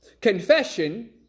Confession